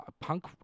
punk